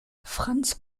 franz